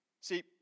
See